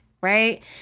Right